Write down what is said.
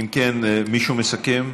אם כן, מישהו מסכם?